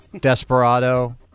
Desperado